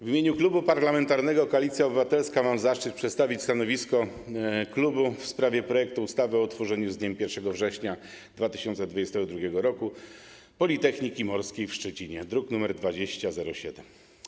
W imieniu Klubu Parlamentarnego Koalicja Obywatelska mam zaszczyt przedstawić stanowisko klubu w sprawie projektu ustawy o utworzeniu z dniem 1 września 2022 r. Politechniki Morskiej w Szczecinie, druk nr 2007.